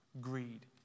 greed